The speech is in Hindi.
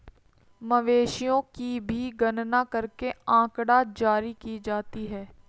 मवेशियों की भी गणना करके आँकड़ा जारी की जाती है